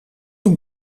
een